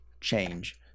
change